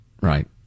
right